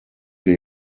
wir